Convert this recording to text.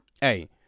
Hey